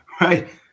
Right